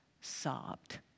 sobbed